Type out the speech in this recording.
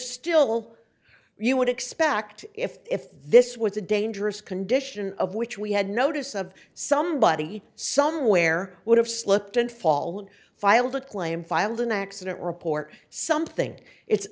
still you would expect if this was a dangerous condition of which we had notice of somebody somewhere would have slipped and fall and filed a claim filed an accident report something it's